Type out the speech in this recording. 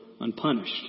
unpunished